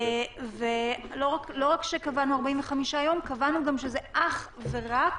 לא רק שקבענו 45 יום, קבענו גם שזה אך ורק